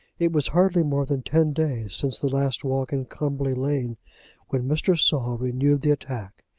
it was hardly more than ten days since the last walk in cumberly lane when mr. saul renewed the attack.